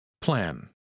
plan